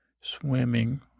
Swimming